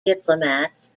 diplomats